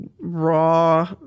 raw